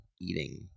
eating